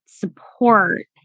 support